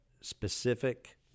specific